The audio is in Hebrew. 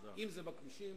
אם זה בכבישים,